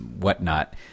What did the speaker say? whatnot